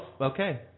Okay